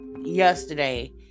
yesterday